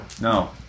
No